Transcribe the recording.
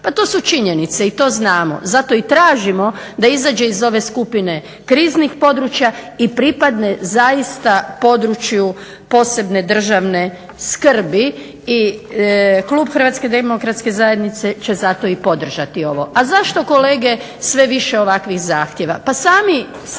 Pa to su činjenice, pa to znamo zato i tražimo da izađe iz ove skupine kriznih područja i pripadne zaista području posebne državne skrbi i klub HDZ-a će zato i podržati ovo. A zašto kolege sve više ovakvih zahtjeva? Pa sama